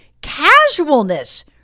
casualness